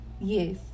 Yes